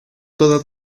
todas